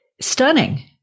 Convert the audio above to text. stunning